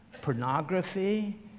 pornography